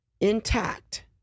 intact